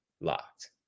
locked